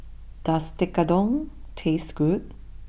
does Tekkadon taste good